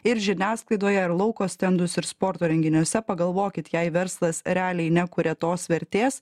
ir žiniasklaidoje ir lauko stendus ir sporto renginiuose pagalvokit jei verslas realiai nekuria tos vertės